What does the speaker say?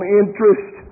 interest